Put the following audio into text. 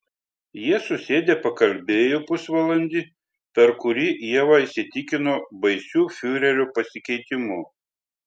jie susėdę pakalbėjo pusvalandį per kurį ieva įsitikino baisiu fiurerio pasikeitimu